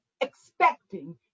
expecting